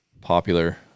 popular